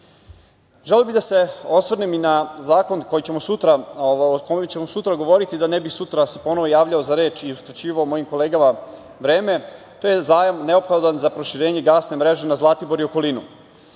bih da se osvrnem i na zakon o kome ćemo sutra govoriti da se ne bih sutra ponovo javio za reč i uskraćivao mojim kolegama vreme. To je zajam neophodan za proširenje gasne mreže na Zlatiboru i okolini.